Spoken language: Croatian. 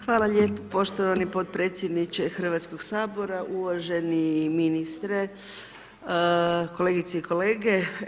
Hvala lijepa poštovani potpredsjedniče Hrvatskog sabora, uvaženi ministre, kolegice i kolege.